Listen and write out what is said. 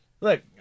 Look